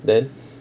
then